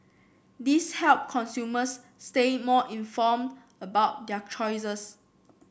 this help consumers stay more inform about their choices